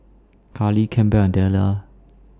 Karli Campbell and Dellar